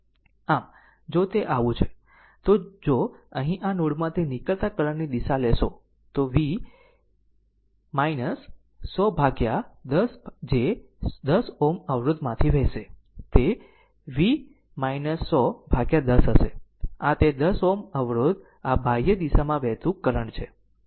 આમ જો તે આવું છે તો જો અહીં આ નોડમાંથી નીકળતા કરંટ ની દિશા લેશો તો તે V 100 ભાગ્યા 10 જે 10 Ω અવરોધ માંથી વહેશે જે V 100 ભાગ્યા 10 હશે આ તે 10 Ω અવરોધ આ બાહ્ય બાહ્ય દિશા માં વહેતું કરંટ છે